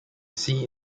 sea